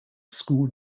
school